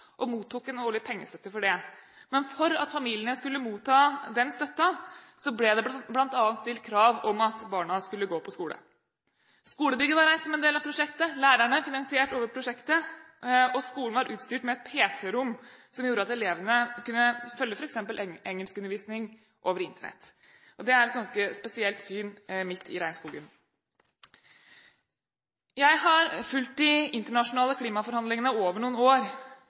og mottok en årlig pengestøtte for det. Men for at familiene skulle motta den støtten, ble det bl.a. stilt krav om at barna skulle gå på skole. Skolebygget var reist som en del av prosjektet, lærerne finansiert over prosjektet, og skolen var utstyrt med et pc-rom som gjorde at elevene kunne følge f.eks. engelskundervisning over Internett. Det er et ganske spesielt syn midt i regnskogen. Jeg har fulgt de internasjonale klimaforhandlingene over noen år.